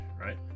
right